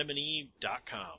Adamandeve.com